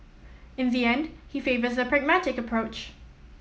in the end he favours the pragmatic approach